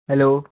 hello